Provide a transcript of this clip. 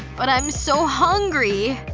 but i'm so hungry.